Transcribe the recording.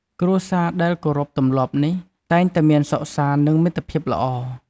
គ្រួសារដែលគោរពទម្លាប់នេះ តែងតែមានសុខសាន្ត និងមិត្តភាពល្អ។